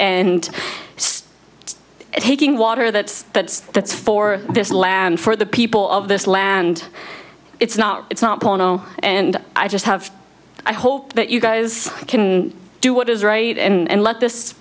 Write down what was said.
and taking water that's that's that's for this land for the people of this land it's not it's not bono and i just have i hope that you guys can do what is right and let this